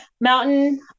mountain